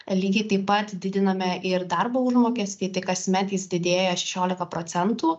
lygiai taip pat didiname ir darbo užmokestį tai kasmet jis didėja šešiolika procentų